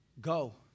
Go